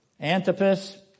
Antipas